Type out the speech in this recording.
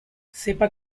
cepa